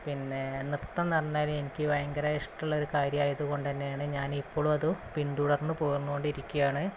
പിന്നെ നൃത്തം എന്ന് പറഞ്ഞാൽ എനിക്ക് ഭയങ്കര ഇഷ്ടമുള്ള ഒരു കാര്യമായതുകൊണ്ട് തന്നെയാണ് ഞാനിപ്പോളും അത് പിന്തുടർന്നുപോന്ന് കൊണ്ടിരിക്കുകയാണ്